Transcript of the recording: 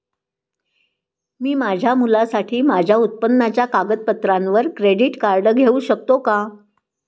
मी माझ्या मुलासाठी माझ्या उत्पन्नाच्या कागदपत्रांवर क्रेडिट कार्ड घेऊ शकतो का?